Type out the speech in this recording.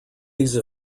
these